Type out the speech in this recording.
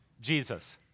Jesus